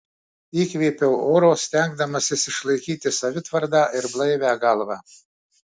įkvėpiau oro stengdamasis išlaikyti savitvardą ir blaivią galvą